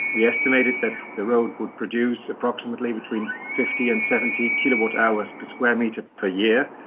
we estimated that the road would produce approximately between fifty and seventy kilowatt hours per square metre per year,